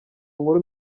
nkuru